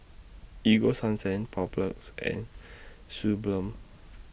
Ego Sunsense Papulex and Suu Balm